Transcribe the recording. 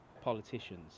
politicians